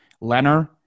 Leonard